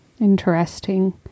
interesting